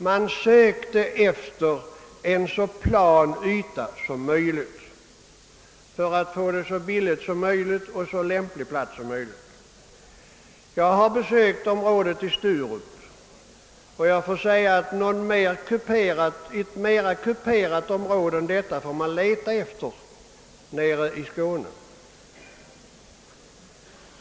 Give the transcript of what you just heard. Man sökte efter en så plan yta som möjligt för att byggandet av flygplatsen inte skulle dra onödigt höga kostnader. Jag har besökt området i Sturup, och jag måste säga att ett mera kuperat område än detta får man leta efter nere i Skåne.